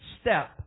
step